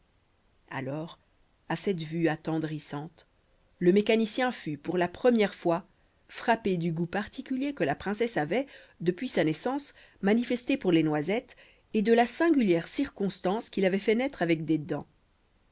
alors à cette vue attendrissante le mécanicien fut pour la première fois frappé du goût particulier que la princesse avait depuis sa naissance manifesté pour les noisettes et de la singulière circonstance qui l'avait fait naître avec des dents